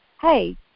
hey